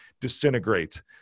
disintegrate